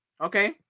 Okay